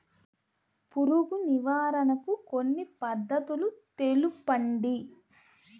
పురుగు నివారణకు కొన్ని పద్ధతులు తెలుపండి?